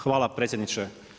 Hvala predsjedniče.